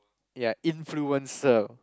ya influencer